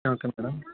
okay madam